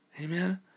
amen